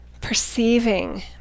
perceiving